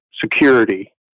security